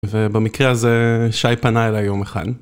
ובמקרה הזה, שי פנה אלי יום אחד.